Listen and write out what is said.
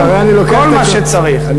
את כל מה שצריך,